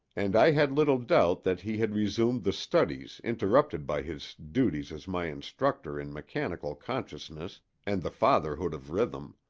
and i had little doubt that he had resumed the studies interrupted by his duties as my instructor in mechanical consciousness and the fatherhood of rhythm.